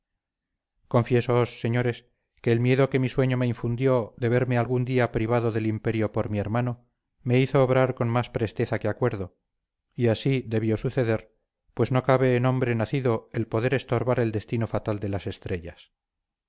cabeza confiésoos señores que el miedo que mi sueño me infundió de verme algún día privado del imperio por mi hermano me hizo obrar con más presteza que acuerdo y así debió suceder pues no cabe en hombre nacido el poder estorbar el destino fatal de las estrellas